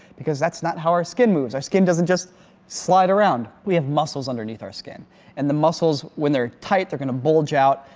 because that's not how our skin moves our skin doesn't just slide around. we have muscles underneath our skin and the muscles, when they're tight, they're gonna bulge out.